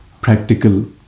practical